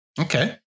Okay